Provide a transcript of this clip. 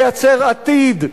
לייצר עתיד,